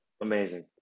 Amazing